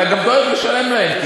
אתה גם דואג לשלם להם,